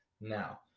Now